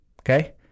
Okay